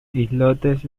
islotes